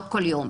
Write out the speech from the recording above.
לא כל יום.